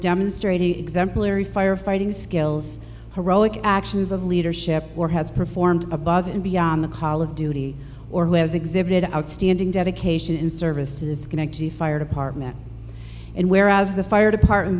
demonstrated exemplary firefighting skills heroic actions of leadership or has performed above and beyond the call of duty or who has exhibited outstanding dedication in service to disconnect the fire department and whereas the fire department